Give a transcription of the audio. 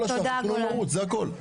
כל השאר -- -זה הכול.